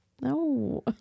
no